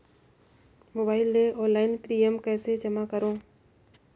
Mobile ले online premium कइसे जमा करों?